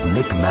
Nick